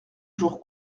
jours